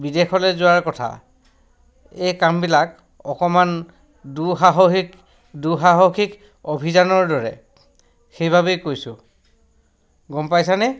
বিদেশলৈ যোৱাৰ কথা এই কামবিলাক অকণমান দুঃসাহসিক দুঃসাহসিক অভিযানৰ দৰে সেইবাবেই কৈছোঁ গম পাইছানে